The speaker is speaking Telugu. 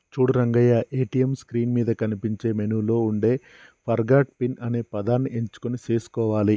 చూడు రంగయ్య ఏటీఎం స్క్రీన్ మీద కనిపించే మెనూలో ఉండే ఫర్గాట్ పిన్ అనేదాన్ని ఎంచుకొని సేసుకోవాలి